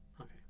Okay